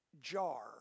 jar